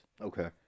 okay